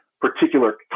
particular